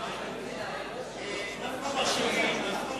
נפלו מחשבים.